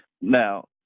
Now